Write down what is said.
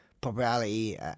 popularity